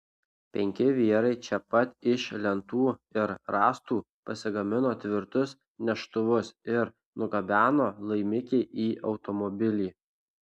penki vyrai čia pat iš lentų ir rąstų pasigamino tvirtus neštuvus ir nugabeno laimikį į automobilį